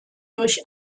durch